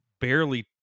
barely